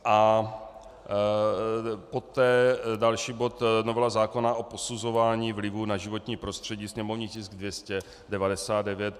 A poté další bod novela zákona o posuzování vlivu na životní prostředí, sněmovní tisk 299.